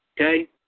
okay